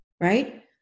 right